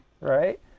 Right